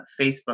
Facebook